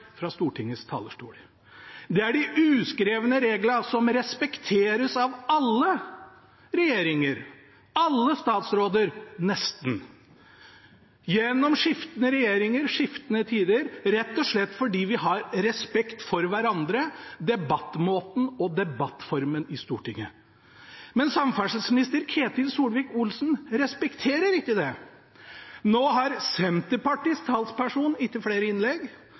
fra Stortingets talerstol. Det er en uskreven regel som respekteres av alle regjeringer, alle statsråder – nesten – gjennom skiftende regjeringer og skiftende tider, rett og slett fordi vi har respekt for hverandre, debattmåten og debattformen i Stortinget. Men samferdselsminister Ketil Solvik-Olsen respekterer ikke det. Nå har ikke Senterpartiets talsperson flere innlegg,